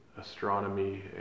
astronomy